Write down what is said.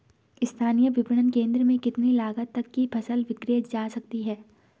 स्थानीय विपणन केंद्र में कितनी लागत तक कि फसल विक्रय जा सकती है?